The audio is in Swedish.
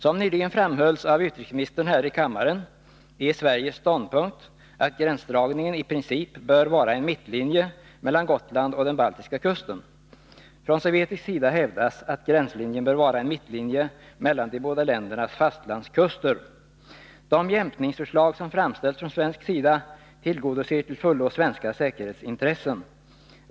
Som nyligen framhölls av utrikesministern här i kammaren är Sveriges ståndpunkt att gränsdragningen i princip bör vara en mittlinje mellan Gotland och den baltiska kusten. Från sovjetisk sida hävdas att gränslinjen bör vara en mittlinje mellan de båda ländernas fastlandskuster. De jämkningsförslag som framställs från svensk sida tillgodoser till fullo svenska säkerhetsintressen.